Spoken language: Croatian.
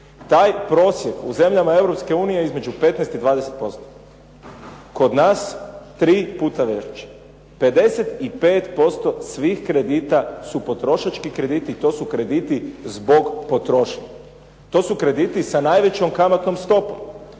Taj prosjek u zemljama Europske unije je između 15 i 20%, kod nas tri puta veći, 55% svih kredita su potrošački krediti i to su krediti zbog potrošnje. To su krediti sa najvećom kamatnom stopom.